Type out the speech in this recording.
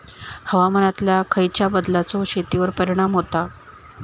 हवामानातल्या खयच्या बदलांचो शेतीवर परिणाम होता?